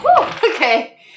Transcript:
Okay